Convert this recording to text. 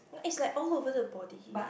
it's like all over the body